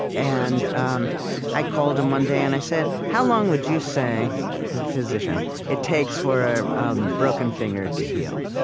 and um i called him one day, and i said, how long would you say he's a physician it takes for a um broken finger to heal?